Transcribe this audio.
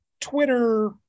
Twitter